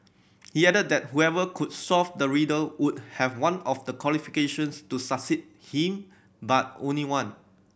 he added that whoever could solve the riddle would have one of the qualifications to succeed him but only one